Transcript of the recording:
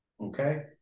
Okay